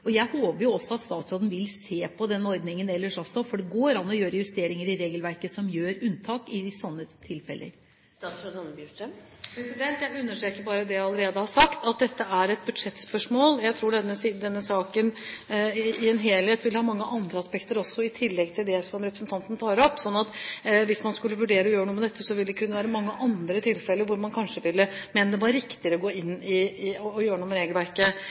Jeg håper også at statsråden vil se på denne ordningen ellers også, for det går an å gjøre justeringer i regelverket som gir unntak i slike tilfeller. Jeg understreker bare det jeg allerede har sagt, at det er et budsjettspørsmål. Jeg tror denne saken sett i en helhet vil ha mange andre aspekter også, i tillegg til det som representanten tar opp. Hvis man skulle vurdere å gjøre noe med dette, vil det kunne være mange andre tilfeller hvor man kanskje ville mene det var riktigere å gå inn og gjøre noe med regelverket.